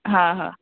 हा हा